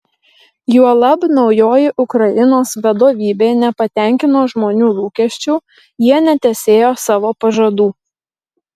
juolab naujoji ukrainos vadovybė nepatenkino žmonių lūkesčių jie netesėjo savo pažadų